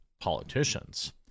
politicians